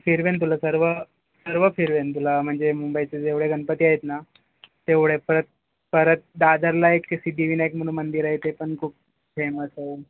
फिरवेन तुला सर्व सर्व फिरवेन तुला म्हणजे मुंबईचं जेवढे गणपती आहेत ना तेवढे परत परत दादरला एक सिद्धीविनायक म्हणून मंदिर आहे ते पण खूप फेमस आहे